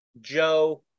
Joe